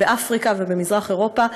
באפריקה ובמזרח אירופה,